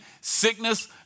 sickness